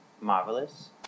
marvelous